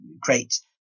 great